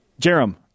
Jerem